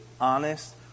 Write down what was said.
honest